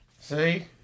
See